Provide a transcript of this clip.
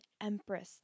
empress